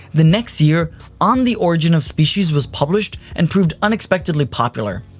the next year on the origin of species was published and proved unexpectedly popular.